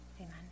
Amen